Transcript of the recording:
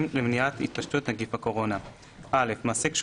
למניעת התפשטות נגיף הקורונה 2ג. (א)מעסיק שהוא